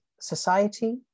society